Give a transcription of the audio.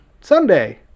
Sunday